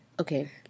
Okay